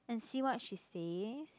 and see what she says